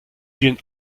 vielen